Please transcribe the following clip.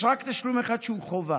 יש רק תשלום אחד שהוא חובה,